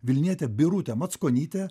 vilnietė birutė mackonytė